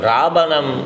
Rabanam